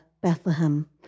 Bethlehem